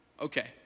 okay